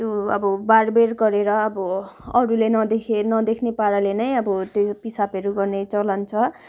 त्यो अब बारबेर गरेर अब अरूले नदेखे नदेख्ने पाराले नै अब त्यो पिसाबहरू गर्ने चलन छ